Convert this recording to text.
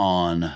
on